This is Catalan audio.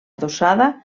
adossada